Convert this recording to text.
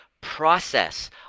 process